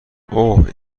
اوه